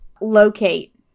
Locate